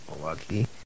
lucky